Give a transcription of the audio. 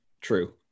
true